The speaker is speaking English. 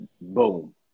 Boom